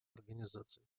организаций